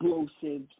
explosives